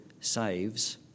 saves